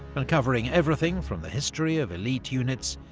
and covering everything from the history of elite units,